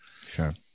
sure